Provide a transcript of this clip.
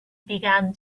began